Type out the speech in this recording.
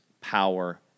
power